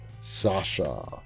Sasha